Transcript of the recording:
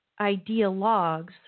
ideologues